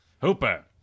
Hooper